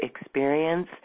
experience